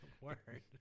Word